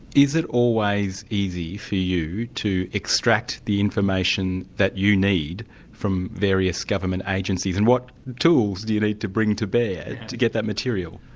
is it always easy for you to extract the information that you need from various government agencies, and what tools do you need to bring to bear to get that material?